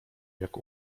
jak